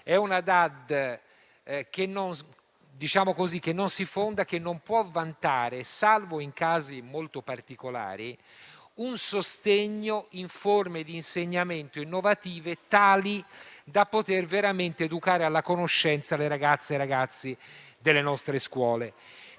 non si fonda e non può vantare, salvo in casi molto particolari, un sostegno in forme di insegnamento innovative tali da poter veramente educare alla conoscenza le ragazze e i ragazzi delle nostre scuole.